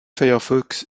firefox